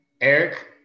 eric